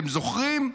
אתם זוכרים?